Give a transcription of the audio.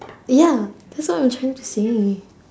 ya that's what I'm trying to say